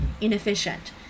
inefficient